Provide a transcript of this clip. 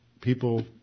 people